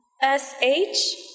S-H